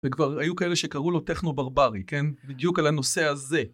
וכבר היו כאלה שקראו לו טכנו ברברי, כן? בדיוק על הנושא הזה.